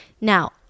Now